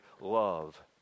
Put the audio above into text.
love